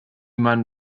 man